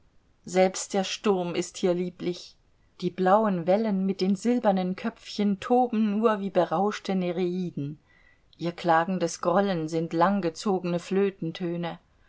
selbst der sturm ist hier lieblich die blauen wellen mit den silbernen köpfchen toben nur wie berauschte nereiden ihr klagendes grollen sind langgezogene